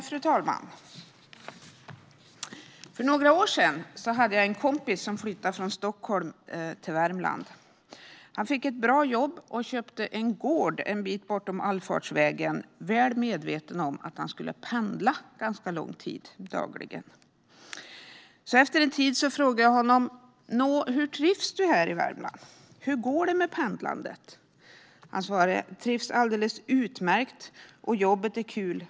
Fru talman! För några år sedan hade jag en kompis som flyttade från Stockholm till Värmland. Han fick ett bra jobb och köpte en gård en bit bortom allfarvägen, väl medveten om att han skulle pendla ganska lång tid dagligen. Efter en tid frågade jag honom: Nå, hur trivs du här i Värmland? Hur går det med pendlandet? Han svarade: Jag trivs alldeles utmärkt, och jobbet är kul.